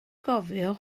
gofio